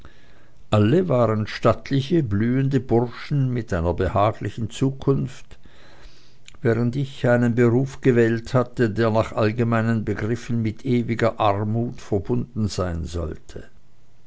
alle waren stattliche blühende bursche mit einer behaglichen zukunft während ich einen beruf gewählt hatte der nach allgemeinen begriffen mit ewiger armut verbunden sein sollte